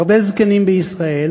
הרבה זקנים בישראל